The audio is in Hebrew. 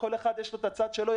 לכל אחד יש את הצד שלו,